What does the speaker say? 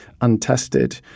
untested